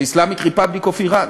זה The Islamic Republic of Iran,